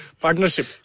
Partnership